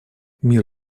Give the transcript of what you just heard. мир